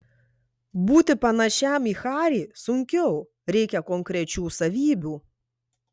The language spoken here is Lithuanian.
būti panašiam į harį sunkiau reikia konkrečių savybių